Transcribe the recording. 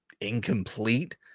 incomplete